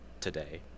today